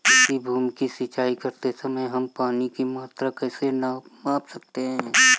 किसी भूमि की सिंचाई करते समय हम पानी की मात्रा कैसे माप सकते हैं?